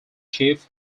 chief